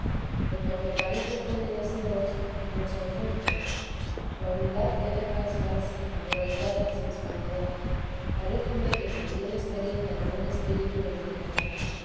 porque aunque parece pone deseos no son fuertes la humildad que deja es falsa alborotada y sin suavidad paréceme que quien tiene experiencia del buen espíritu lo entenderá